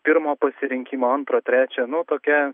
pirmo pasirinkimo antro trečio nu tokia